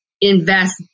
invest